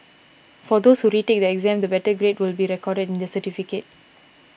for those who retake the exam the better grade will be recorded in their certificate